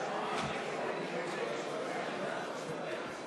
לא נתקבלה.